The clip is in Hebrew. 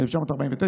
התשנ"ה 1994,